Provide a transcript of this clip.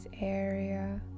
area